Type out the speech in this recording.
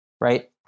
right